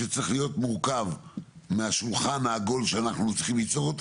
שצריך להיות מורכב מהשולחן העגול שאנחנו צריכים ליצור.